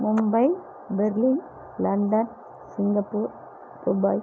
Mumbai Berlin London Singapore Dubai